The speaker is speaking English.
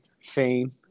Fame